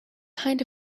kind